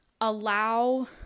allow